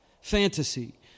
fantasy